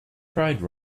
pride